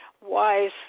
wise